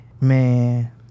man